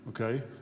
okay